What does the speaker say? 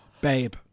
Babe